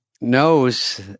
knows